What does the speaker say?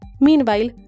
Meanwhile